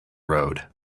road